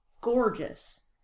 gorgeous